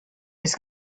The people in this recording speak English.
his